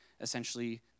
essentially